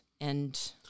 and-